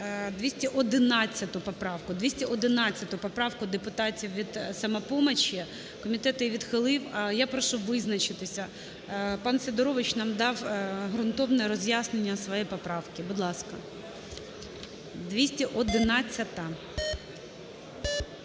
211 поправку депутатів від "Самопомочі". Комітет її відхилив. Я прошу визначитися. Пан Сидорович нам дав ґрунтовне роз'яснення своєї поправки. Будь ласка, 211-а.